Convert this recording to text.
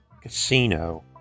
casino